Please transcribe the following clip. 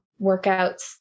workouts